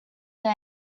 day